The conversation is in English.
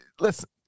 listen